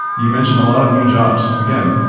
you mentioned a lot of new jobs. again,